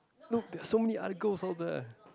no there's so many other girls out there